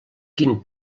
quin